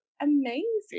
amazing